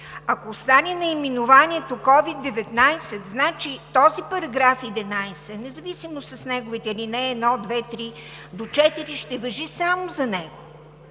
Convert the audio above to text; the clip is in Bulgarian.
Ако остане наименованието COVID-19, значи този § 11, независимо с неговите алинеи 1, 2, 3 до 4, ще важи само за него.